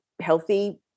healthy